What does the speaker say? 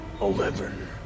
Eleven